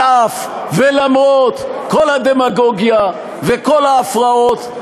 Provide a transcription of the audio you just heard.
על אף ולמרות כל הדמגוגיה וכל ההפרעות,